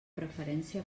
preferència